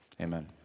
amen